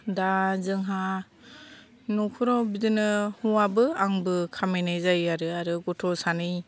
दा जोंहा हौवाबो आंबो खामायनाय जायो आरो आरो गथ' सानै